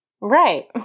Right